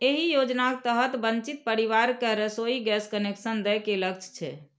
एहि योजनाक तहत वंचित परिवार कें रसोइ गैस कनेक्शन दए के लक्ष्य छै